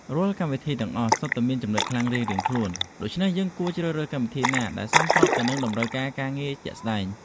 រាល់កម្មវិធីទាំងអស់សុទ្ធតែមានចំណុចខ្លាំងរៀងៗខ្លួន ដូច្នេះយើងគួរជ្រើសរើសកម្មវិធីណាដែលសមស្របទៅនឹងតម្រូវការការងារជាក់ស្តែង។